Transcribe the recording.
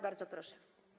Bardzo proszę.